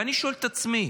ואני שואל את עצמי: